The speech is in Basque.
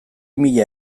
mila